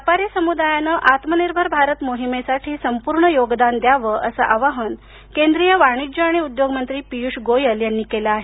व्यापारी समुदायाने आत्मनिर्भर भारत मोहिमेसाठी संपूर्ण योगदान द्यावं असं आवाहन केंद्रीय वाणिज्य आणि उद्योग मंत्रा पियुष गोयल यांनी केलं आहे